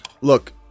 Look